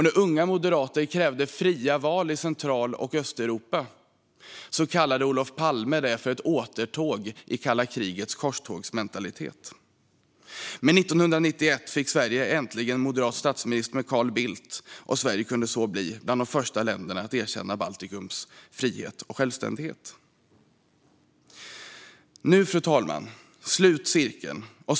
När unga moderater krävde fria val i Central och Östeuropa kallade Olof Palme detta för ett återtåg till kalla krigets korstågsmentalitet. Men 1991 fick Sverige äntligen en moderat statsminister i Carl Bildt, och Sverige kunde så bli ett av de första länderna att erkänna Baltikums frihet och självständighet. Nu, fru talman, sluts cirkeln.